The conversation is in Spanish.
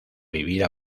vivir